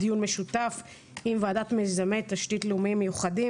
דיון משותף של ועדת מיזמי תשתית לאומיים מיוחדים